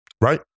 right